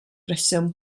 reswm